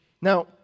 Now